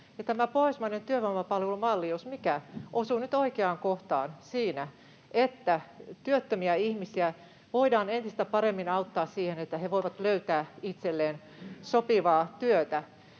tämä pohjoismainen työvoimapalvelumalli jos mikä osuu nyt oikeaan kohtaan siinä, että työttömiä ihmisiä voidaan entistä paremmin auttaa siinä, että he voivat löytää itselleen sopivaa työtä.